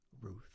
Ruth